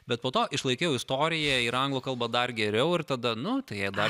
bet po to išlaikiau istoriją ir anglų kalbą dar geriau ir tada nu tai jei dar